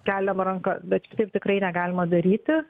keliam rankas bet taip tikrai negalima daryti